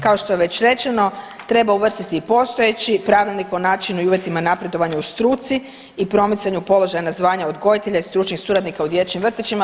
Kao što je već rečeno treba uvrstiti i postojeći Pravilnik o načinu i uvjetima napredovanja u struci i promicanju položaja na zvanja odgojitelja i stručnih suradnika u dječjim vrtićima.